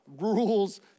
rules